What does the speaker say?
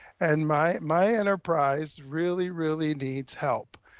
and my my enterprise really, really needs help.